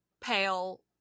pale